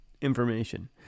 information